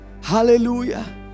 Hallelujah